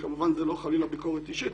וזה כמובן לא חלילה ביקורת אישית,